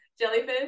jellyfish